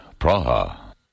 Praha